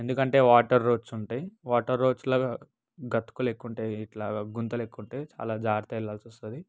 ఎందుకంటే water roads ఉంటాయి water రోడ్స్లో గతుకులు ఎక్కువుంటాయి ఇట్లా గుంతలు ఎక్కువగా ఉంటాయి అలా జార్తగా వెళ్ళాల్సి వస్తుంది